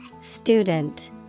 Student